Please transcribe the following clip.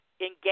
engage